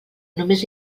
només